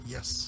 Yes